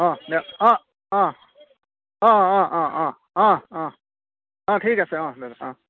অঁ দেক অঁ অঁ অঁ অঁ অঁ অঁ অঁ অঁ অঁ ঠিক আছে অঁ দে অঁ